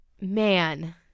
man